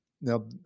now